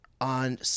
on